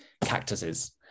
cactuses